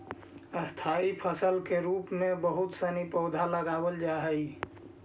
स्थाई फसल के रूप में बहुत सनी पौधा लगावल जा हई